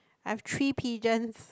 I've three pigeons